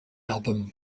album